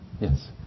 Yes